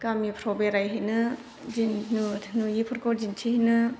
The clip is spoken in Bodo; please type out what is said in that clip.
गामिफ्राव बेरायहैनो बेदिनो नुयिफोरखौ दिन्थिहैनो